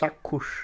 চাক্ষুষ